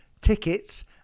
tickets